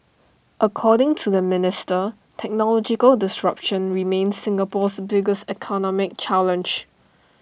according to the minister technological disruption remains Singapore's biggest economic challenge